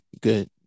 good